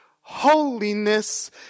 holiness